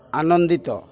ଆନନ୍ଦିତ